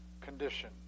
condition